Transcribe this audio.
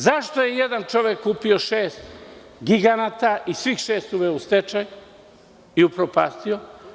Zašto je jedan čovek kupio šest giganata i svih šest uveo u stečaj i upropastio?